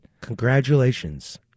Congratulations